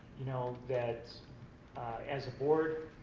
you know, that as a board,